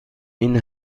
این